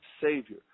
Savior